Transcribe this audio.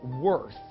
worth